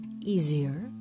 easier